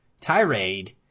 tirade